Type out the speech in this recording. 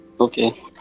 Okay